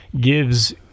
gives